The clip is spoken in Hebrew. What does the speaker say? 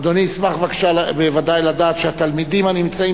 אדוני ישמח בוודאי לדעת שהתלמידים הנמצאים